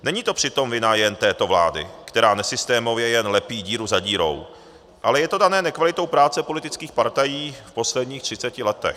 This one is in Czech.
Není to přitom vina jen této vlády, která nesystémově jen lepí díru za dírou, ale je to dané nekvalitou práce politických partají v posledních 30 letech.